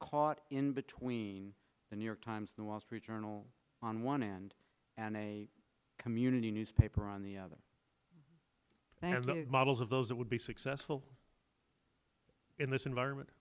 caught in between the new york times the wall street journal on one hand and a community newspaper on the other models of those that would be successful in this environment